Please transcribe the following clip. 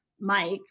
Mike